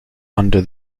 under